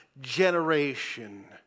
generation